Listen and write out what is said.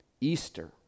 Easter